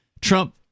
Trump